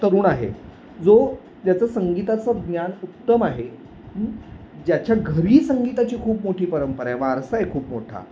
तरुण आहे जो त्याचं संगीताचं ज्ञान उत्तम आहे ज्याच्या घरी संगीताची खूप मोठी परंपरा आहे वारसा आहे खूप मोठा